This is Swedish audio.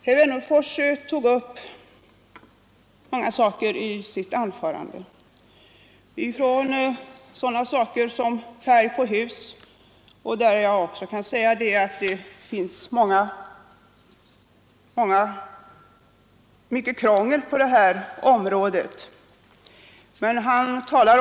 Herr Wennerfors tog upp många saker i sitt anförande alltifrån sådant som färgen på husen — och där kan jag också säga att det finns mycket krångel på detta område — till äganderätten.